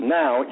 now